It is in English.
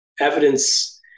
evidence